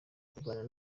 kuganira